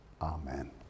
Amen